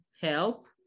help